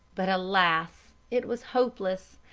but, alas! it was hopeless.